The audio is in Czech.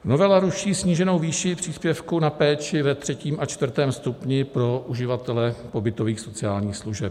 Novela ruší sníženou výši příspěvku na péči ve třetím a čtvrtém stupni pro uživatele pobytových sociálních služeb.